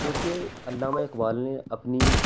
کیونکہ علامہ اقبال نے اپنی